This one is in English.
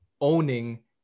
owning